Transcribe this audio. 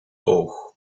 oog